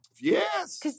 Yes